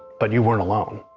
but you weren't alone,